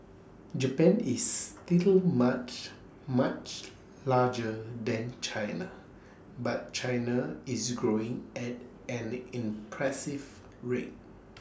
Japan is still much much larger than China but China is growing at an impressive rate